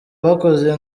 bakoze